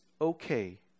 okay